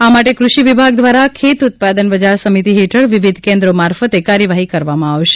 આ માટે કૃષિ વિભાગ દ્વારા ખેતઉત્પન્ન બજાર સમિતિ હેઠળ વિવિધ કેન્દ્રો મારફતે કાર્યવાહિ કરવામાં આવશે